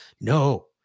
No